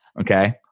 okay